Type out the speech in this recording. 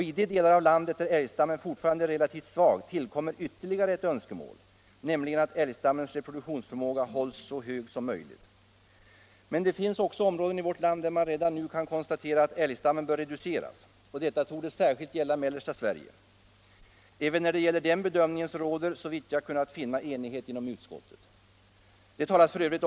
I de delar av landet där älgstammen fortfarande är relativt svag tillkommer ytterligare ett önskemål, nämligen att älgstammens reproduktionsförmåga hålls så hög som möjligt. Men det finns också områden i vårt land där man redan nu kan konstatera att älgstammen bör reduceras. Detta torde särskilt gälla mellersta Sverige. Även i fråga om den bedömningen råder såvitt jag kunnat finna enighet inom utskottet. Det talas f.ö.